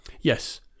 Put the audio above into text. Yes